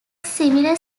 similar